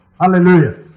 Hallelujah